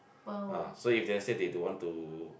ah so if let's say they don't want to